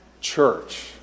church